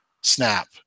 snap